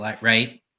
right